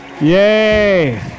Yay